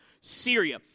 Syria